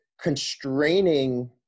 constraining